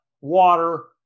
water